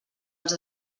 els